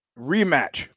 Rematch